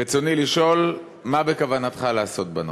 רצוני לשאול: מה בכוונתך לעשות בנושא?